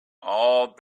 all